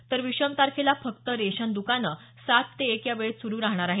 तर विषम तारखेला फक्त रेशन दुकानं सात ते एक या वेळेत सुरु राहणार आहेत